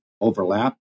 overlap